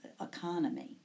economy